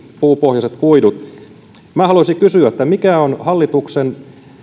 puupohjaiset kuidut haluaisin kysyä mikä on hallituksen